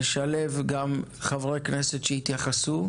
נשלב גם חברי כנסת שיתייחסו,